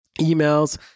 emails